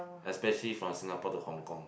especially for Singapore to Hong-Kong